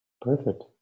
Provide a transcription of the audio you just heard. Perfect